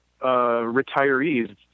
retirees